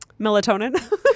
melatonin